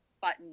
button